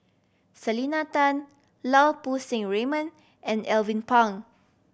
Selena Tan Lau Poo Seng Raymond and Alvin Pang